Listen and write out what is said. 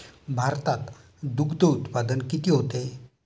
भारतात दुग्धउत्पादन किती होते?